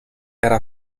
era